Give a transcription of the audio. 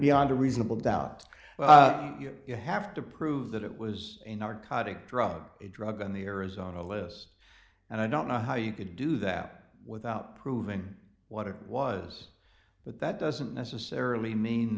beyond a reasonable doubt you have to prove that it was a narcotic drug a drug on the arizona list and i don't know how you could do that without proving what it was but that doesn't necessarily mean